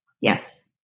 Yes